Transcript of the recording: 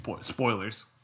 Spoilers